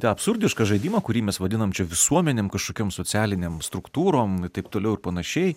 tą absurdišką žaidimą kurį mes vadinam visuomenėm kažkokiom socialinėm struktūrom ir taip toliau ir panašiai